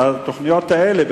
התוכניות האלה,